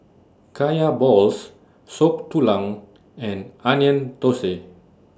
Kaya Balls Soup Tulang and Onion Thosai